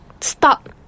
Stop